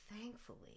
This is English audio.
thankfully